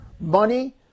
money